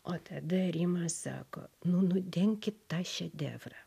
o tada rimas sako nu nudenkit tą šedevrą